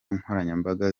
nkoranyambaga